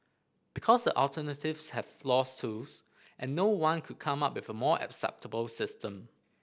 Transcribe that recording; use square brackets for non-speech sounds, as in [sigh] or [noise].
because the alternatives have flaws too [unintelligible] and no one could come up with a more acceptable system